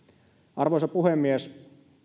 arvoisa puhemies